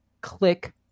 click